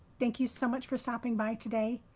thank you so much for stopping by today.